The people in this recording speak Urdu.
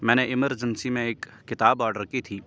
میں نے ایمرجنسی میں ایک کتاب آڈر کی تھی